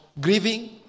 grieving